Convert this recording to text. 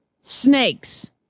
snakes